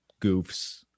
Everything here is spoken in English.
goofs